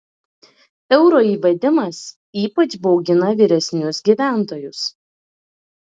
euro įvedimas ypač baugina vyresnius gyventojus